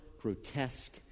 grotesque